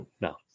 no